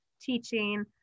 teaching